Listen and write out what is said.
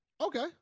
Okay